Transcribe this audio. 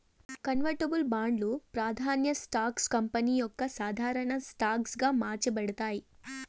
convertible బాండ్లు, ప్రాదాన్య stocks company యొక్క సాధారన స్టాక్ గా మార్చబడతాయి